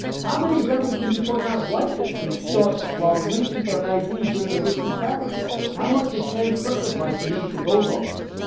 how many examples can you point out of white citizens shot while reaching for an i d. during a routine traffic stop? how much did terence crutcher's life mean to those officers?